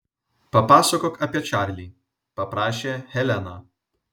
papasakok apie čarlį paprašė helena